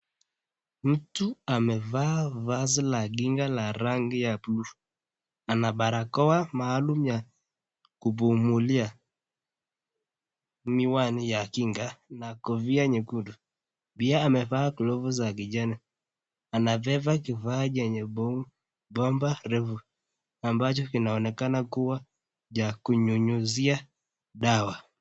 Mtu amevaa vazi la kinga la rangi ya buluu. Ana barakoa maalum ya kupumulia, miwani ya kinga na kofia nyekundu. Pia amevaa glovu za kijani. Anabeba kifaa chenye bomba refu ambacho kinaonekana kuwa cha kunyunyizia dawa.